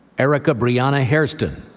erica briana hairston,